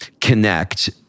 connect